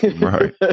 Right